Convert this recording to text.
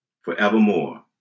forevermore